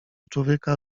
człowieka